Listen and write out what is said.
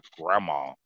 grandma